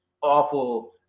awful